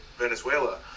venezuela